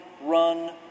run